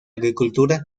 agricultura